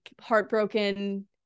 heartbroken